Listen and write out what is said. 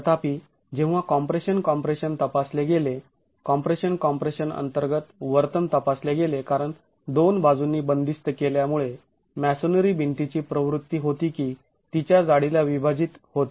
तथापि जेव्हा compression compression तपासले गेले कॉम्प्रेशन कॉम्प्रेशन अंतर्गत वर्तन तपासले गेले कारण दोन बाजूंनी बंदिस्त केल्यामुळे मॅसोनरी भिंतीची प्रवृत्ती होती की तिच्या जाडीला विभाजित होते